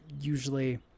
usually